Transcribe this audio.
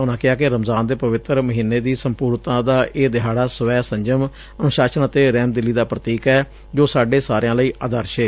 ਉਨੁਾਂ ਕਿਹਾ ਕਿ ਰਮਜ਼ਾਨ ਦੇ ਪਵਿੱਤਰ ਮਹੀਨੇ ਦੀ ਸੰਪੁਰਨਤਾ ਦਾ ਇਹ ਦਿਹਾੜਾ ਸਵੈ ਸੰਜਮ ਅਨੁਸ਼ਾਸਨ ਤੇ ਰਹੰਹਮਦਿਲੀ ਦਾ ਪ੍ਤੀਕ ਹੈ ਜੋ ਸਾਡੇ ਸਾਰਿਆਂ ਲਈ ਆਦਰਸ਼ ਏ